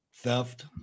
Theft